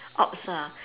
ops ah